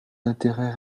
d’intérêt